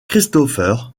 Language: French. christopher